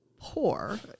poor